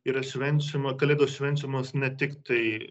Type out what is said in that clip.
yra švenčiama kalėdos švenčiamos ne tik tai